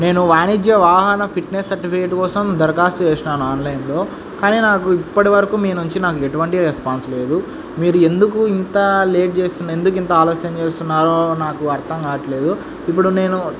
నేను వాణిజ్య వాహన ఫిట్నెస్ సర్టిఫికేట్ కోసం దరఖాస్తు చేసినాను ఆన్లైన్లో కానీ నాకు ఇప్పటివరకు మీ నుంచి నాకు ఎటువంటి రెస్పాన్స్ లేదు మీరు ఎందుకు ఇంత లేట్ చేస్తున్న ఎందుకు ఇంత ఆలస్యం చేస్తున్నారో నాకు అర్థం కాట్లేదు ఇప్పుడు నేను